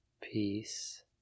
peace